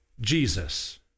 Jesus